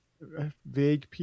vague